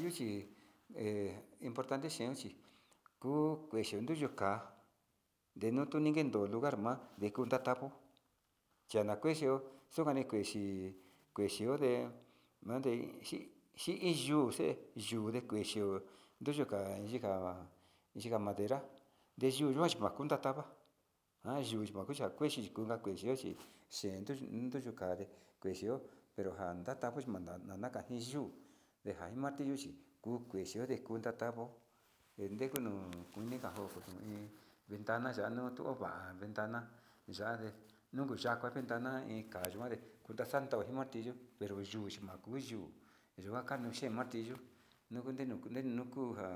Yuchi he mportante xhian chi kuu kuechi nruyu ka'a nderotuni lugar ma'a nde kuu taco, dela kuexhio yukani kuexhi kuechi onde ma'a dee xhi xhi iin yuu nde yuu de kuexhio yuka inka, yika madera ndeyuu yayikuan kunda taka, ayuu kuxhia kuechi nikuu nakuechio chi xhen unde nuu kande keyo pero tanja taja yuu mande kuii yuu, nja iin martillo chi kuu kuexhi kuenta tavo kuentejo no nuka kuento ta njin ventano xano ova'a ventana yade nuku yá ventana iin kayuade kunda xa'a kando nakindi yuu pero yu'ma kuu yuu ndeno kande xhe martillo nuku ne'e nuu kunja